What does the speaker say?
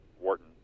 Wharton